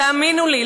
תאמינו לי,